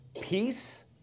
peace